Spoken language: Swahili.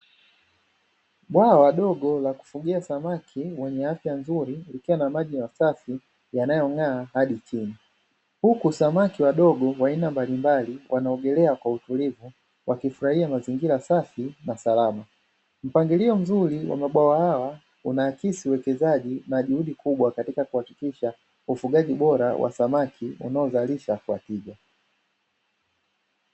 Bwawa dogo la kufugia samaki wenye afya nzuri likiwa na maji ya masafi yanayong'aa hadi chini, huku samaki wadogo wa aina mbalimbali wanaogelea kwa utulivu wakifurahia mazingira safi na salama, mpangilio mzuri wa mabwawa hawa unaakisi uwekezaji na juhudi kubwa katika kuhakikisha ufugaji bora wa samaki wanaodhalika katika.